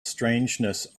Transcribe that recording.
strangeness